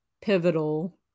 pivotal